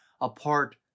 apart